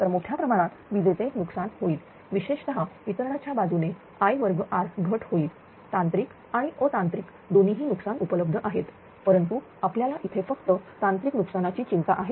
तर मोठ्या प्रमाणात विजेचे नुकसान होईल विशेषतः वितरणाच्या बाजूने I वर्ग r घट होईल तांत्रिक आणि अतांत्रिक दोन्हीही नुकसान उपलब्ध आहेत परंतु आपल्याला येथे फक्त तांत्रिक नुकसानाची चिंता आहे